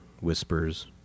whispers